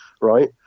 right